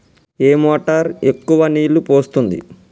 ఏ motor ఎక్కువ నీళ్లు పోస్తుంది?